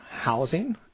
Housing